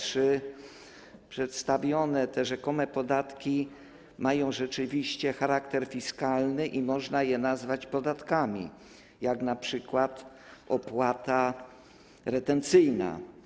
Czy przedstawione rzekome podatki mają rzeczywiście charakter fiskalny i można je nazwać podatkami, np. opłatę retencyjną?